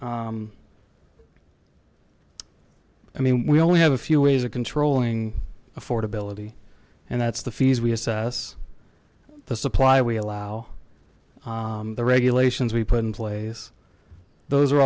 i mean we only have a few ways of controlling affordability and that's the fees we assess the supply we allow the regulations we put in place those are